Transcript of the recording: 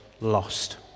lost